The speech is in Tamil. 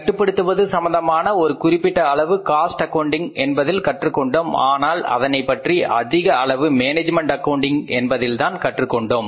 கட்டுப்படுத்துவது சம்பந்தமாக ஒரு குறிப்பிட்ட அளவு காஸ்ட் அக்கவுன்டிங் என்பதில் கற்றுக்கொண்டோம் ஆனால் அதனை பற்றி அதிக அளவு மேனேஜ்மென்ட் அக்கவுண்டிங் என்பதில்தான் கற்றுக்கொண்டோம்